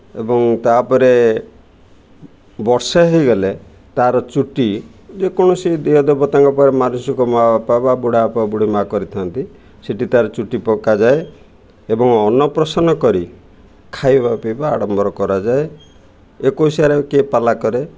ଏବଂ ତା'ପରେ ବର୍ଷେ ହୋଇଗଲେ ତା'ର ଚୁଟି ଯେକୌଣସି ଦିଅଁ ଦେବତାଙ୍କ ପରେ ମାନସିକ ମା' ବାପା ବା ବୁଢ଼ା ବାପା ବୁଢ଼ୀ ମା' କରିଥାନ୍ତି ସେଠି ତା'ର ଚୁଟି ପକାଯାଏ ଏବଂ ଅନ୍ନପ୍ରସନ କରି ଖାଇବା ପିଇବା ଆଡ଼ମ୍ବର କରାଯାଏ ଏକୋଇଶିଆରେ କିଏ ପାଲା କରେ